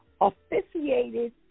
Officiated